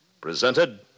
Presented